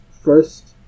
first